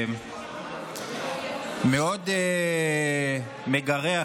מאוד מגרה,